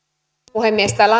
puhemies täällä